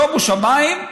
שומו שמיים,